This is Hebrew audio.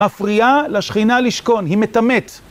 מפריעה לשכינה לשכון, היא מטמאת.